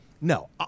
No